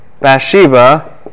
Bathsheba